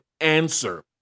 answer